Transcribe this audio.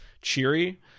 cheery